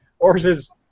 Horses